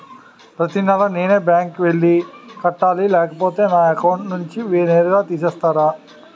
ప్రతి నెల నేనే బ్యాంక్ కి వెళ్లి కట్టాలి లేకపోతే నా అకౌంట్ నుంచి నేరుగా తీసేస్తర?